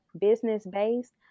business-based